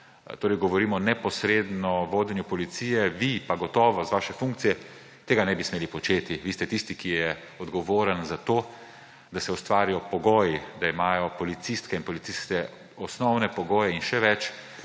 torej govorim o neposredno vodenju policije. Vi pa gotovo z vaše funkcije tega nebi smeli početi. Vi ste tisti, ki je odgovoren za to, da se ustvarijo pogoji, da imajo policistke in policisti osnovne pogoje, in še več,